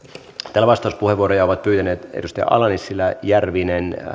täällä vastauspuheenvuoroja ovat pyytäneet edustajat ala nissilä järvinen